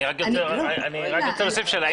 אני אגיד לך מה אני חושבת --- אני רק רוצה להוסיף שאלה,